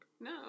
No